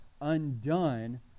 undone